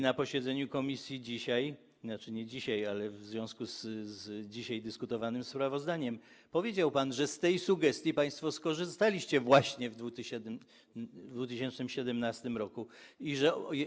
Na posiedzeniu komisji dzisiaj, znaczy nie dzisiaj, ale w związku z dzisiaj dyskutowanym sprawozdaniem, powiedział pan, że z tej sugestii państwo skorzystaliście właśnie w 2017 r.